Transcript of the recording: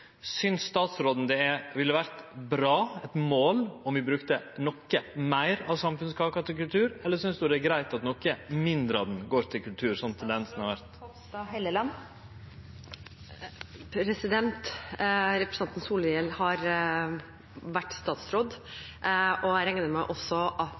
Synest statsråden det ville vore bra, eit mål, om vi brukte noko meir av samfunnskaka til kultur, eller synest ho det er greitt at noko mindre av ho går til kultur, slik tendensen har vore? Representanten Solhjell har vært statsråd. Jeg regner med at han som statsråd